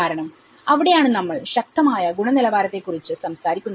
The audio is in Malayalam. കാരണം അവിടെയാണ് നമ്മൾ ശക്തമായ ഗുണനിലവാരത്തെക്കുറിച്ച് സംസാരിക്കുന്നത്